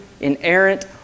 inerrant